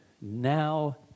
Now